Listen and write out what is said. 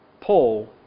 Paul